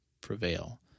prevail